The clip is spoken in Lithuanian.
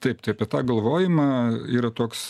taip tai apie tą galvojimą yra toks